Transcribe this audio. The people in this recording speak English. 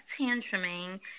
tantruming